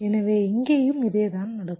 எனவே இங்கேயும் இதேதான் நடக்கும்